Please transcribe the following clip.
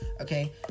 okay